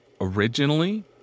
Originally